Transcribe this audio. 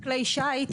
כלי שיט,